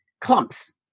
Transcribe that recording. clumps